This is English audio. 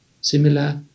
similar